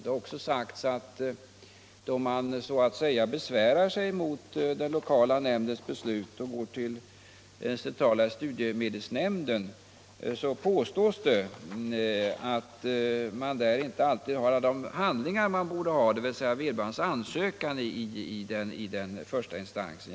Det påstås också att när någon besvärar sig mot den lokala nämndens beslut och går till centrala studiestödsnämnden har denna senare ibland inte alla handlingar — dvs. vederbörandes ansökan till den första instansen.